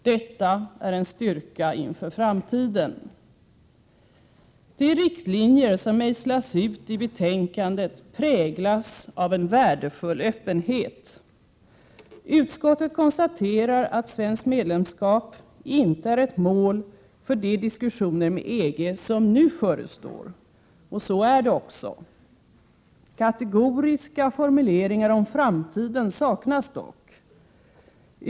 Detta är en styrka inför framtiden. De riktlinjer som mejslas ut i betänkandet präglas av en värdefull öppenhet. Utskottet konstaterar att svenskt medlemskap inte är ett mål för de diskussioner med EG som nu förestår. Och så är det också. Kategoriska formuleringar om framtiden saknas dock.